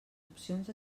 opcions